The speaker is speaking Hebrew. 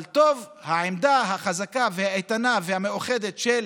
אבל טוב, העמדה החזקה והאיתנה והמאוחדת של